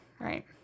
Right